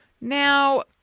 Now